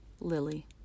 Lily